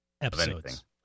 episodes